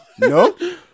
no